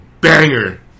banger